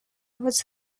was